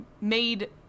made